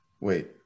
Wait